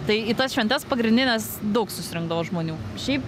tai į tas šventes pagrindines daug susirinkdavo žmonių šiaip